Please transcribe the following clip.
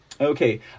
Okay